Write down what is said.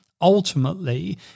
ultimately